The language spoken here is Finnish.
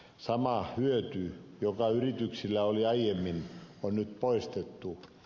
sama hyöty joka yrityksillä oli aiemmin on nyt poistettu